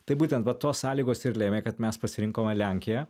tai būtent va tos sąlygos ir lėmė kad mes pasirinkome lenkiją